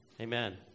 amen